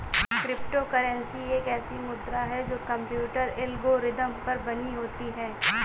crypto currency एक ऐसी मुद्रा है जो कंप्यूटर एल्गोरिदम पर बनी होती है